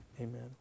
Amen